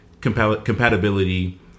compatibility